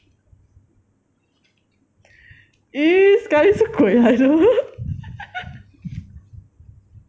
eh sekali 是鬼来的